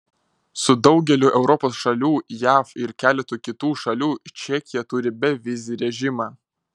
su daugeliu europos šalių jav ir keletu kitų šalių čekija turi bevizį režimą